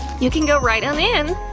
you can go right on in!